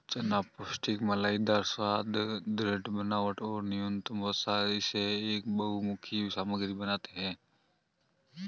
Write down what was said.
चना पौष्टिक मलाईदार स्वाद, दृढ़ बनावट और न्यूनतम वसा इसे एक बहुमुखी सामग्री बनाते है